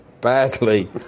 badly